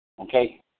Okay